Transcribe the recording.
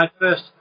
first